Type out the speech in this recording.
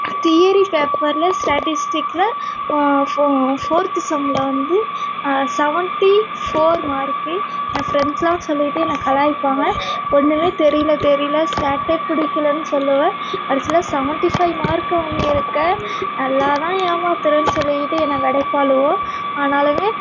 theory பேப்பரில் ஸ்டாட்டிஸ்டிக்ல ஃபோ ஃபோர்த்து செம்மில் வந்து செவன்ட்டி ஃபோர் மார்க்கு என் ஃப்ரெண்ட்ஸெலாம் சொல்லிக்கிட்டு என்னை கலாய்ப்பாங்க ஒன்றுமே தெரியல தெரியல ஸ்டாட்டே பிடிக்கலன்னு சொல்லுவே கடைசியில் செவன்ட்டி ஃபைவ் மார்க் வாங்கியிருக்க நல்லா தான் ஏமாத்துறேனு சொல்லிக்கிட்டு என்னை வெடைப்பாளுவோ ஆனாலும்